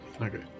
Okay